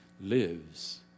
lives